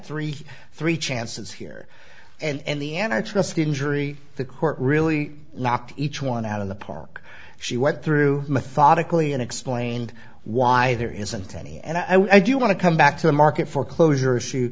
three three chances here and the and i trust the injury the court really knocked each one out of the park she went through methodically and explained why there isn't any and i would i do want to come back to the market foreclosure issue